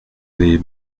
avez